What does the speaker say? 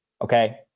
Okay